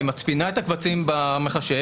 היא מצפינה את הקבצים במחשב,